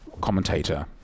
commentator